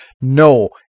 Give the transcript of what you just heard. No